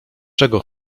czego